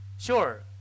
Sure